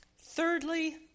Thirdly